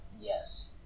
Yes